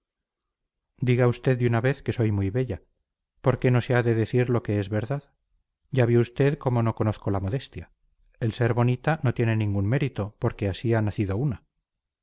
diga usted de una vez que soy muy bella por qué no se ha de decir lo que es verdad ya ve usted cómo no conozco la modestia el ser bonita no tiene ningún mérito porque así ha nacido una